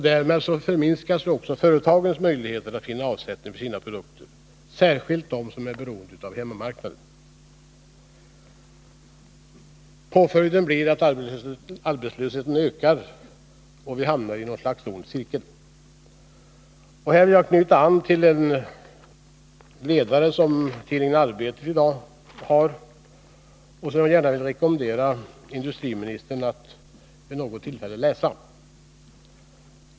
Därmed minskar också företagens möjligheter att vinna avsättning för sina produkter, särskilt de företag som är beroende av hemmamarknaden. Följden blir att arbetslösheten ökar och att vi hamnar i något slags ond cirkel. Här vill jag knyta an till en ledare i tidningen Arbetet i dag som jag gärna vill rekommendera industriministern att läsa vid något tillfälle.